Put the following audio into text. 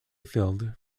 filled